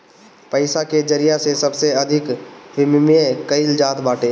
पईसा के जरिया से सबसे अधिका विमिमय कईल जात बाटे